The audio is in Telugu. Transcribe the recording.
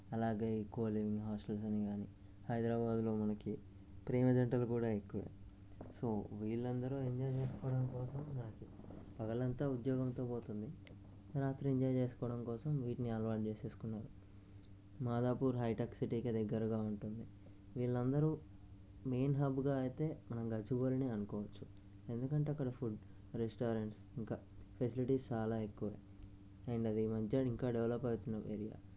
అలాగే ఈ కోలివింగ్ హాస్టల్స్ అన్నీ కానీ హైదరాబాదులో మనకి ప్రేమ జంటలు కూడా ఎక్కువ సో వీళ్ళు అందరు ఎంజాయ్ చేసుకోవడం కోసం పగలంతా ఉద్యోగంతో పోతుంది రాత్రి ఎంజాయ్ చేసుకోవడం కోసం వీటిని అలవాటు చేసుకున్నారు మాదాపూర్ హైటెక్ సిటీకి దగ్గరగా ఉంటుంది వీళ్ళు అందరు మెయిన్ హాబ్గా అయితే మనం గచ్చబోలిని అనుకోవచ్చు ఎందుకంటే అక్కడ ఫుడ్ రెస్టారెంట్స్ ఇంకా ఫెసిలిటీస్ చాలా ఎక్కువ అన్నది ఇంకా మంచిగా డెవలప్ అవుతున్న ఏరియా